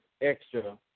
extra